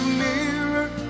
mirror